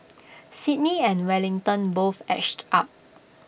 Sydney and Wellington both edged up